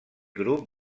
grup